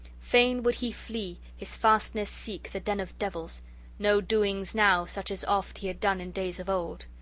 fain would he flee, his fastness seek, the den of devils no doings now such as oft he had done in days of old!